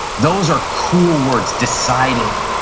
those are cool words, decided.